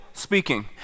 speaking